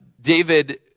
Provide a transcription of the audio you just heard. David